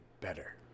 better